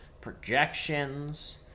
projections